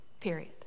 period